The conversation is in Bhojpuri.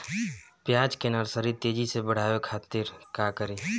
प्याज के नर्सरी तेजी से बढ़ावे के खातिर का करी?